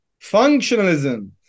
Functionalism